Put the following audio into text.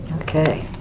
Okay